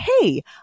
Hey